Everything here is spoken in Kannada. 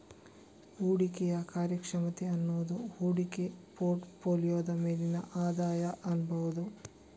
ಹೂಡಿಕೆಯ ಕಾರ್ಯಕ್ಷಮತೆ ಅನ್ನುದು ಹೂಡಿಕೆ ಪೋರ್ಟ್ ಫೋಲಿಯೋದ ಮೇಲಿನ ಆದಾಯ ಅನ್ಬಹುದು